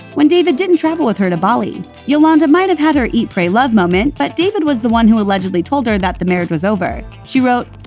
when david didn't travel with her to bali. yolanda might have had her eat, pray, love moment, but david was the one who allegedly told her that the marriage was over. she wrote,